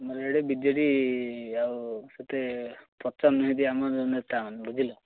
ଆମର ଏଠି B J D ଆଉ ସେତେ ଆମର ନେତାମାନଙ୍କୁ ବୁଝିଲ